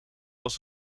was